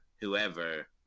whoever